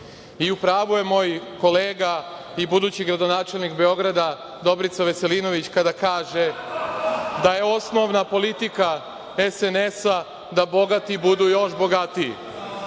pravu je moj kolega i budući gradonačelnik Beograda Dobrica Veselinović kada kaže da je osnovna politika SNS-a da bogati budu još bogatiji,